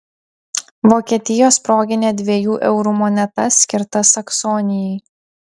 vokietijos proginė dviejų eurų moneta skirta saksonijai